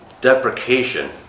deprecation